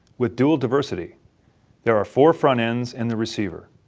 with dual diversity there are four front ends in the receiver.